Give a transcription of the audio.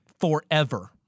forever